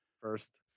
first